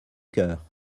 cœur